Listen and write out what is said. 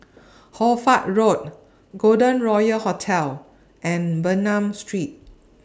Hoy Fatt Road Golden Royal Hotel and Bernam Street